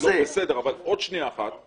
עוד שנייה אחת.